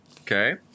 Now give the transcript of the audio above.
Okay